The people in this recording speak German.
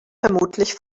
vermutlich